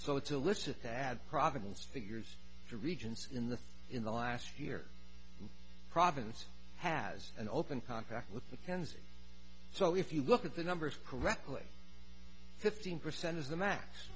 illicit to add provenance figures to regions in the in the last year province has an open contract with the cans so if you look at the numbers correctly fifteen percent is the max